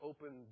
Open